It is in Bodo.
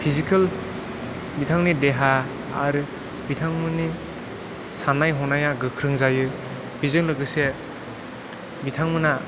फिजिखेल बिथांनि देहा आरो बिथांमोननि साननाय हनाया गोख्रों जायो बेजों लोगोसे बिथांमोना